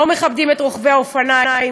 לא מכבדים את נהגי האופניים,